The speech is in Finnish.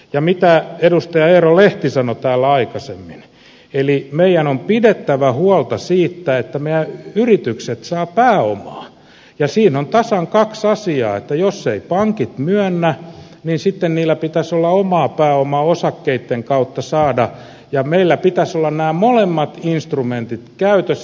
ja kuten edustaja eero lehti sanoi täällä aikaisemmin meidän on pidettävä huolta siitä että meidän yrityksemme saavat pääomaa ja siinä on tasan kaksi asiaa että jos eivät pankit myönnä niin sitten niillä pitäisi olla omaa pääomaa osakkeitten kautta saada ja meillä pitäisi olla nämä molemmat instrumentit käytössä